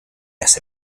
hace